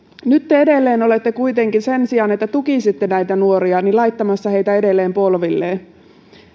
nyt te olette kuitenkin sen sijaan että tukisitte näitä nuoria laittamassa heitä edelleen polvilleen